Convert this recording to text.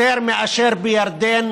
יותר מאשר בירדן